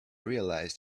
realized